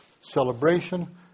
celebration